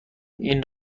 این